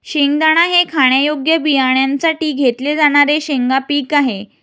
शेंगदाणा हे खाण्यायोग्य बियाण्यांसाठी घेतले जाणारे शेंगा पीक आहे